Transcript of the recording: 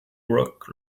rock